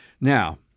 Now